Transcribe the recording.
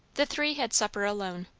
the three had supper alone.